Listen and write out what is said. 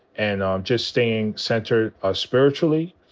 and um just staying centered ah spiritually,